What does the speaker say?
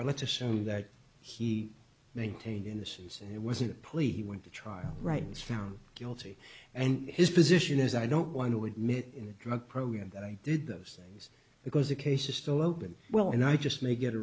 but let's assume that he maintained innocence and it wasn't police he went to trial right now is found guilty and his position is i don't want to admit in the drug program that i did those things because the case is still open well and i just may get